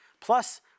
Plus